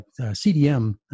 CDM